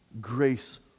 grace